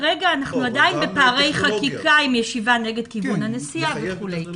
כרגע אנחנו עדיין בפערי חקיקה עם ישיבה נגד כיוון הנסיעה וכו'.